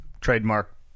trademark